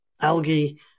algae